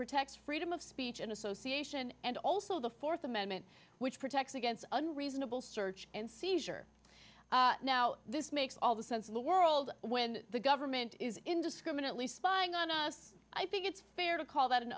protects freedom of speech and association and also the fourth amendment which protects against unreasonable search and seizure now this makes all the sense in the world when the government is indiscriminately spying on us i think it's fair to call that an